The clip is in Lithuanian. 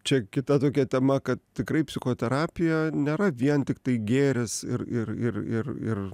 čia kita tokia tema kad tikrai psichoterapija nėra vien tiktai gėris ir ir ir ir ir